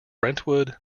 brentwood